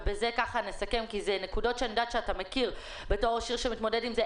ובזה נסכם כי אלה נקודות שאני יודעת שאתה מכיר כראש עיר שמתמודד עם זה,